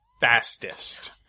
fastest